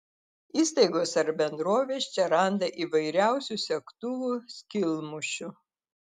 įstaigos ar bendrovės čia randa įvairiausių segtuvų skylmušių